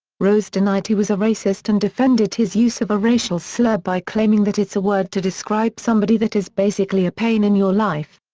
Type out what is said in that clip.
rose denied he was a racist and defended his use of a racial slur by claiming that it's a word to describe somebody that is basically a pain in your life,